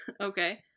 Okay